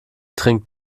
trinkt